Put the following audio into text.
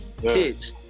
Kids